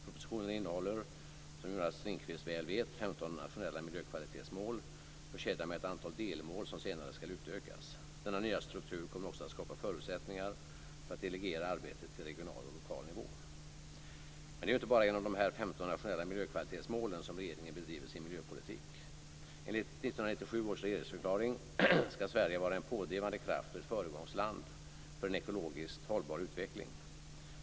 Propositionen innehåller, som Jonas Ringqvist väl vet, 15 nationella miljökvalitetsmål försedda med ett antal delmål som senare skall utökas. Denna nya struktur kommer också att skapa förutsättningar för att delegera arbetet till regional och lokal nivå. Men det är ju inte bara genom de 15 nationella miljökvalitetsmålen som regeringen bedriver sin miljöpolitik. Enligt 1997 års regeringsförklaring skall Sverige vara en pådrivande kraft och ett föregångsland för en ekologiskt hållbar utveckling.